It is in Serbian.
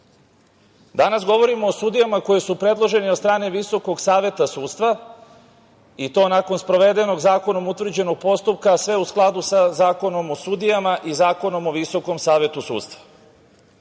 govorimo i o sudijama koje su predložene od strane Visokog saveta sudstva i to nakon sprovedenog zakonom utvrđenom postupka, a sve u skladu sa Zakonom o sudijama i Zakonom o Visokom savetu sudstva.